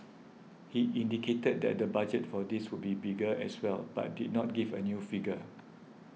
he indicated that the budget for this would be bigger as well but did not give a new figure